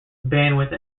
bandwidth